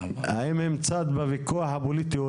האם הם צד בוויכוח הפוליטי,